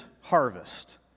harvest